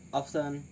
often